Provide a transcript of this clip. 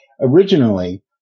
originally